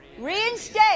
Reinstate